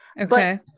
okay